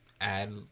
Add